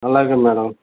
అలాగే మేడమ్